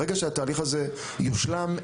ברגע שהתהליך הזה יושלם,